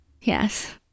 yes